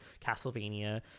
Castlevania